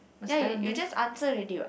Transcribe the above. there you you just answer already what